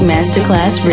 Masterclass